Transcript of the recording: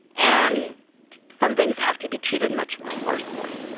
and some things have to be treated much more forcefully,